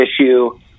issue